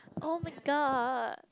oh-my-god